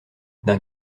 d’un